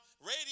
radio